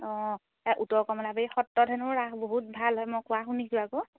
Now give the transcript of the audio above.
অঁ এই উত্তৰ কমলাবাৰী সত্ৰত হেনো ৰাস বহুত ভাল হয় মই কোৱা শুনিছোঁ আকৌ